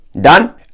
Done